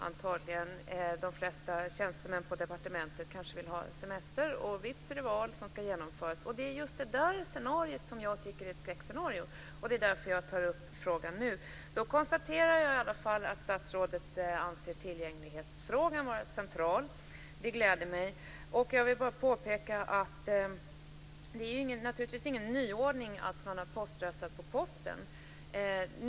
Antagligen vill de flesta tjänstemän på departementet ha semester, och vips är det dags att genomföra valet. Det är detta scenario som jag tycker är ett skräckscenario. Det är därför som jag tar upp frågan nu. Jag konstaterar i alla fall att statsrådet anser tillgänglighetsfrågan vara central, och det gläder mig. Jag vill bara påpeka att det naturligtvis inte är någon nyordning att man har poströstat på posten.